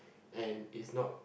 and is not